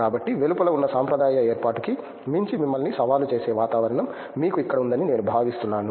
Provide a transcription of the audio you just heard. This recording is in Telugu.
కాబట్టి వెలుపల ఉన్న సాంప్రదాయ ఏర్పాటుకి మించి మిమ్మల్ని సవాలు చేసే వాతావరణం మీకు ఇక్కడ ఉందని నేను భావిస్తున్నాను